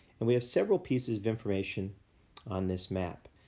and we have several pieces of information on this map.